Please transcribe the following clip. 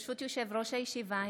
ברשות יושב-ראש הישיבה,